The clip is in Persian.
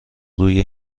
روی